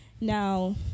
now